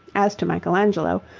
as to michelangelo,